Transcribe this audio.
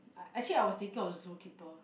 actually I was thinking of the zookeeper